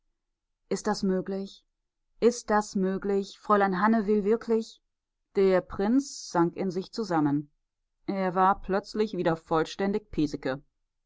ist das möglich ist das möglich fräulein hanne will wirklich der prinz sank in sich zusammen er war plötzlich wieder vollständig